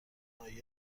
نایل